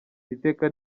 iteka